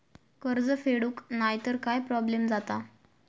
कर्ज फेडूक नाय तर काय प्रोब्लेम जाता?